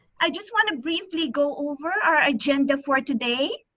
i just wanna briefly go over our agenda for today.